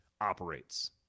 operates